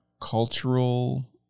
cultural